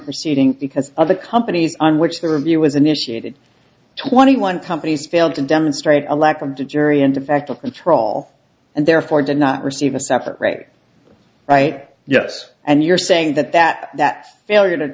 proceeding because other companies on which the review was initiated twenty one companies failed to demonstrate a lack of the jury and effective control and therefore did not receive a separate right yes and you're saying that that that failure to